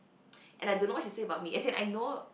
and I don't know what she say about me as in I know